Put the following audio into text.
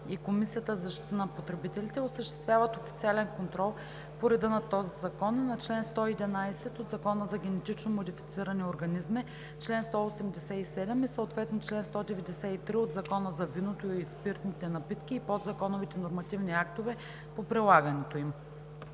и Комисията за защита на потребителите осъществяват официален контрол по реда на този закон и на чл. 111 от Закона за генетично модифицирани организми, чл. 187 и съответно чл. 193 от Закона за виното и спиртните напитки и подзаконовите нормативни актове по прилагането им.“